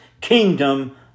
kingdom